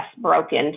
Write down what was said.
broken